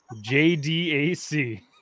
J-D-A-C